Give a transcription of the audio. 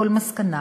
כל מסקנה,